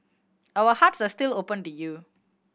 our hearts are still open to you